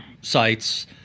sites